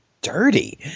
Dirty